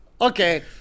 Okay